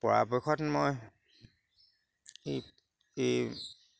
পৰাপক্ষত মই এই এই